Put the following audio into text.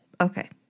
Okay